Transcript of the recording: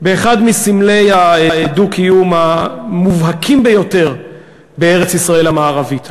באחד מסמלי הדו-קיום המובהקים ביותר בארץ-ישראל המערבית,